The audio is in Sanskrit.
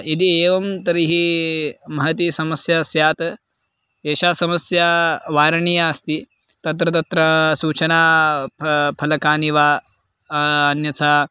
यदि एवं तर्हि महती समस्या स्यात् एषा समस्या वारणीया अस्ति तत्र तत्र सूचना फलकानि फलकानि वा अन्यथा